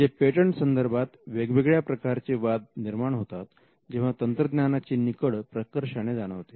म्हणजे पेटंट संदर्भात वेगवेगळ्या प्रकारचे वाद निर्माण होतात जेव्हा तंत्रज्ञानाची निकड प्रकर्षाने जाणवते